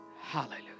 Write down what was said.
Hallelujah